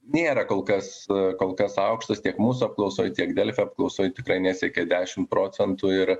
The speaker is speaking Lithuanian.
nėra kol kas kol kas aukštas tiek mūsų apklausoj tiek delfi apklausoj tikrai nesiekė dešim procentų ir